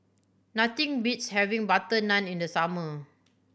nothing beats having butter naan in the summer